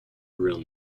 gill